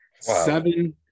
Seven